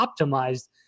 optimized